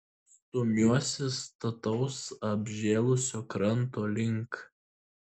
stumiuosi stataus apžėlusio kranto link